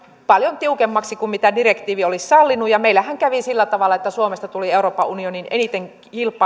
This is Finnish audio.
paljon tiukemmiksi kuin mitä direktiivi olisi sallinut meillähän kävi sillä tavalla että suomesta tuli euroopan unionin eniten